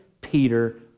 Peter